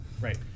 Right